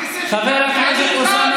הכיסא שלך,